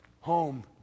home